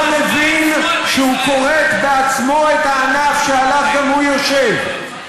לא מבין שהוא כורת בעצמו את הענף שעליו גם הוא יושב.